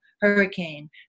hurricane